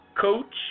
coach